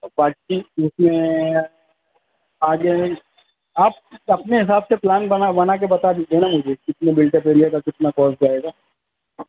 باقی اس میں آگے آپ اپنے حساب سے پلان بنا بنا کے بتا دیجیے نا مجھے کتنے بلڈر لے لے گا کتنا کوسٹ جائے گا